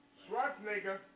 Schwarzenegger